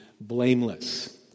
blameless